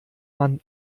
man